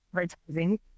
advertising